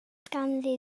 ganddi